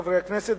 חברי הכנסת,